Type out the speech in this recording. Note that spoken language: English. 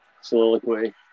soliloquy